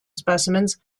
specimens